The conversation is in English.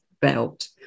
belt